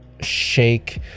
shake